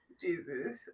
Jesus